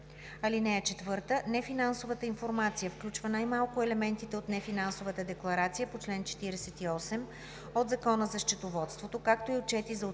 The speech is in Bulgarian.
на дейността. (4) Нефинансовата информация включва най-малко елементите от нефинансовата декларация по чл. 48 от Закона за счетоводството, както и отчети за оценка